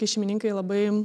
kai šeimininkai labai